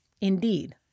Indeed